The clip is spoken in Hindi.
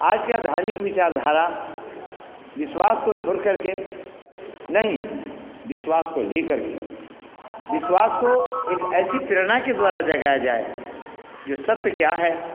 आज की धार्मिक विचारधारा विश्वास को छोड़ करके नहीं विश्वास को लेकर के विश्वास को एक ऐसी प्रेरणा के द्वारा जगाया जाए जो सत्य क्या है